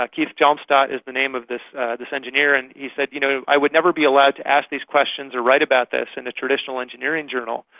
keith hjelmstad is the name of this this engineer and he said, you know, i would never be allowed to ask these questions or write about this in a traditional engineering journal.